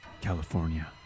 California